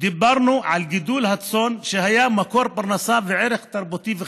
דיברנו על גידול הצאן שהיה מקור פרנסה וערך תרבותי וחברתי.